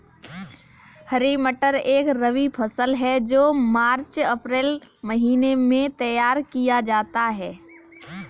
हरी मटर एक रबी फसल है जो मार्च अप्रैल महिने में तैयार किया जाता है